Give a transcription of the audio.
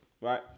right